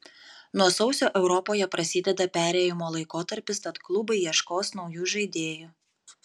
nuo sausio europoje prasideda perėjimo laikotarpis tad klubai ieškos naujų žaidėjų